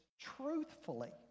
truthfully